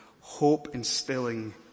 hope-instilling